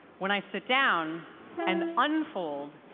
when i sit down and unfold,